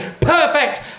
perfect